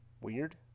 weird